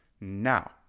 now